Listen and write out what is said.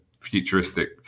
futuristic